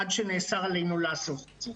עד שנאסר עלינו לעשות את זה.